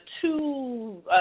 two